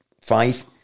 five